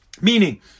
Meaning